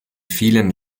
vielen